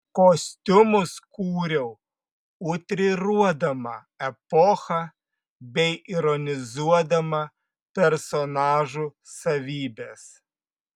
kostiumus kūriau utriruodama epochą bei ironizuodama personažų savybes